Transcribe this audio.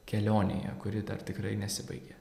kelionėje kuri dar tikrai nesibaigė